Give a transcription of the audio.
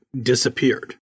disappeared